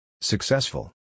Successful